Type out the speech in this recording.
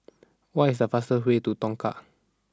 what is the fast way to Tongkang